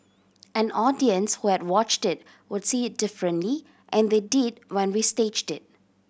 an audience who had watched it would see it differently and they did when we staged it